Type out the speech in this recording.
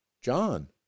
John